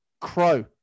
Crow